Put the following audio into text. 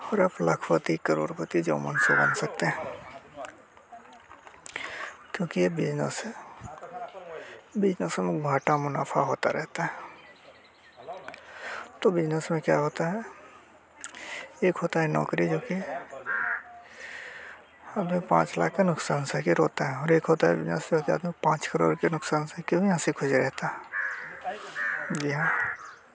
और आप लखपति करोड़पति जो मर्जी बन सकते हैं क्योंकि ये बिजनेस है बिजनेसों में घाटा मुनाफा होता रहता है तो बिजनेस में क्या होता है एक होता है नौकरी जो कि अपने पाँच लाख के नुकसान सह के रोता है और एक होता है बिजनेस पाँच करोड़ के नुकसान सह के भी हँसी ख़ुशी रहता है यह